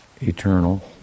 eternal